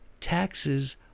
taxes